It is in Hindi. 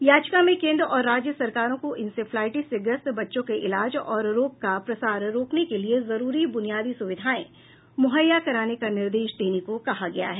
याचिका में केन्द्र और राज्य सरकारों को इन्सेफेलाइटिस से ग्रस्त बच्चों के इलाज और रोग का प्रसार रोकने के लिए जरूरी बुनियादी सुविधाएं मुहैया कराने का निर्देश देने को कहा गया है